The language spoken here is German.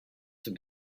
zum